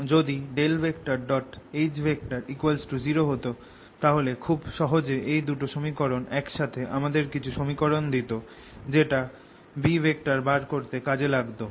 যদি H0 হোতো তাহলে খুব সহজে এই দুটো সমীকরণ একসাথে আমাদের কিছু সমীকরণ দিত যেটা B বার করতে কাজে লাগতো